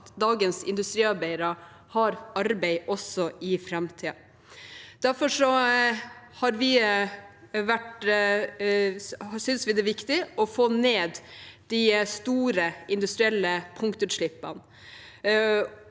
dagens industriarbeidere har arbeid også i framtiden. Derfor synes vi det er viktig å få ned de store industrielle punktutslippene.